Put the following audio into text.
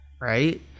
right